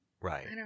Right